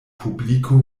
publiko